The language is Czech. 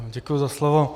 Děkuji za slovo.